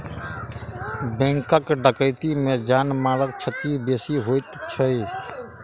bank डकैती मे जान मालक क्षति बेसी होइत अछि